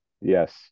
Yes